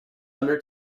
under